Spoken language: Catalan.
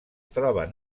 troben